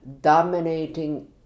dominating